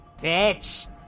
bitch